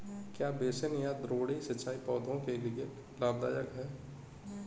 क्या बेसिन या द्रोणी सिंचाई पौधों के लिए लाभदायक है?